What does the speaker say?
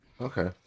okay